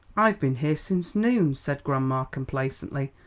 i've been here since noon, said grandma, complacently,